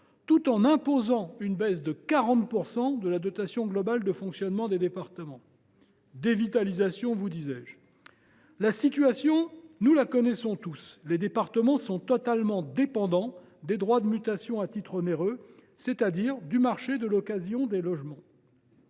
tout en imposant une baisse de 40 % de la dotation globale de fonctionnement (DGF) des départements. Dévitalisation, vous disais je… La situation, nous la connaissons tous : les départements sont totalement dépendants du produit des droits de mutation à titre onéreux (DMTO), autrement dit de la situation du marché de l’occasion des logements.